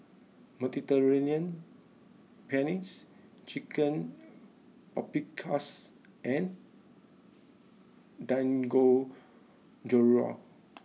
Mediterranean Pennes Chicken Paprikas and Dangojiru